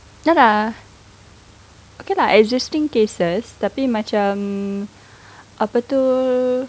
ya lah okay lah existing cases tapi macam apa itu